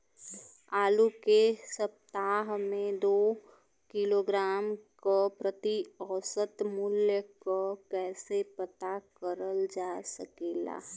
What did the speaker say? आलू के सप्ताह में दो किलोग्राम क प्रति औसत मूल्य क कैसे पता करल जा सकेला?